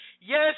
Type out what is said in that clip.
Yes